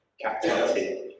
captivity